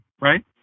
right